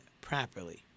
properly